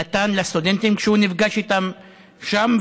נתן לסטודנטים כשהוא נפגש איתם שם,